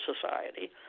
Society